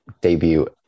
debut